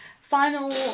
Final